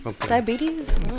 diabetes